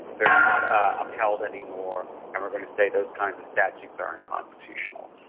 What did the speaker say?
they're not upheld anymore, and we're going to say those kinds of statutes are unconstitutional.